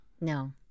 No